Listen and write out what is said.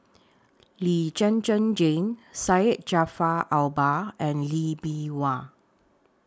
Lee Zhen Zhen Jane Syed Jaafar Albar and Lee Bee Wah